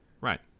Right